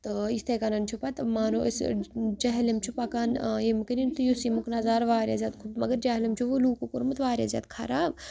تہٕ یِتھے کنیٚتھ چھُ پَتہٕ مانو أسۍ جہلم چھُ پَکان یِم کٔرِن تہٕ یُس ییٚمیُک نظارٕ واریاہ زیادٕ خوٗب مگر جہلم چھُ وٕ لُکو کوٚرمُت واریاہ زیادٕ خراب